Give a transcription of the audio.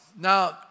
Now